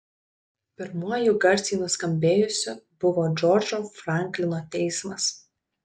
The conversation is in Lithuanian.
pirmuoju garsiai nuskambėjusiu buvo džordžo franklino teismas